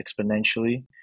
exponentially